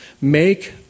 Make